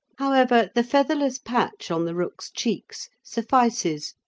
however, the featherless patch on the rook's cheeks suffices,